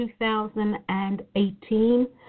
2018